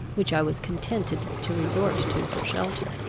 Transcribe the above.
which i was contented to resort to for shelter.